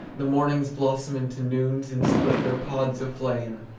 the mornings blossom into noons, and split their pods of flame.